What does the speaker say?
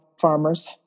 farmers